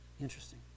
Interesting